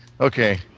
Okay